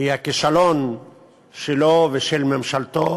היא הכישלון שלו ושל ממשלתו